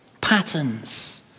patterns